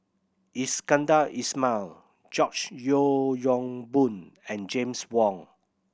Iskandar Ismail George Yeo Yong Boon and James Wong